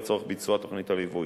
לצורך ביצוע תוכנית הליווי,